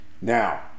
Now